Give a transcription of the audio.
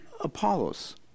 apollos